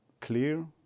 clear